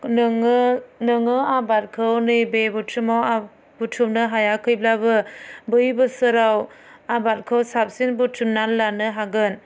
नोङो नोङो आबादखौ नैबे बुथुमाव आ बुथुनो हायाखैब्लाबो बै बोसोराव आबादखौ साबसिन बुथुमनानै लानो हागोन